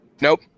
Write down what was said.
Nope